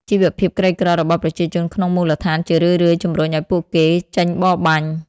ជីវភាពក្រីក្ររបស់ប្រជាជនក្នុងមូលដ្ឋានជារឿយៗជំរុញឱ្យពួកគេចេញបរបាញ់។